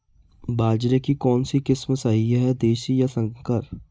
बाजरे की कौनसी किस्म सही हैं देशी या संकर?